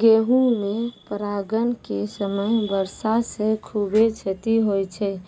गेहूँ मे परागण के समय वर्षा से खुबे क्षति होय छैय